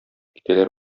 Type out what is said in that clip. китәләр